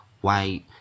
white